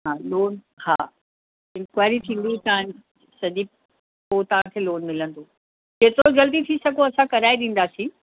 हा लोन हा इंक्वारी थींदी तव्हांजी सॼी पोइ तव्हांखे लोन मिलंदो जेतिरो जल्दी थी सघियो असां कराए ॾींदासीं